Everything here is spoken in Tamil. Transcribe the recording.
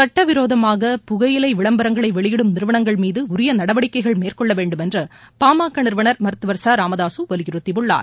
சட்டவிரோதமாக புகையிலை விளம்பரங்களை வெளியிடும் நிறுவனங்கள் மீது உரிய நடவடிக்கைகளை மேற்கொள்ள வேண்டுமென்று பாமக நிறுவனர் மருத்துவர் ச ராமதாசு வலியுறுத்தியுள்ளார்